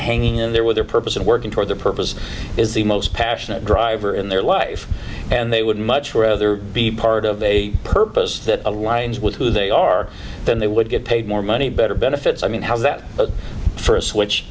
hang in there with their purpose and working toward their purpose is the most passionate driver in their life and they would much rather be part of a purpose that aligns with who they are then they would get paid more money better benefits i mean how's that for a switch